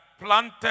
planted